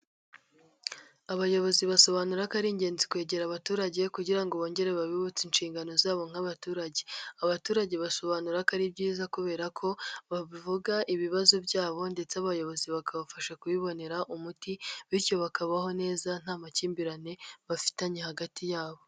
Abayobozi basobanura ko ari ingenzi kwegera abaturage, kugira ngo bongere babibutse inshingano zabo nk'abaturage, abaturage basobanura ko ari byiza kubera ko bavuga ibibazo byabo, ndetse abayobozi bakabafasha kubibonera umuti, bityo bakabaho neza nta makimbirane bafitanye hagati yabo.